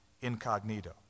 incognito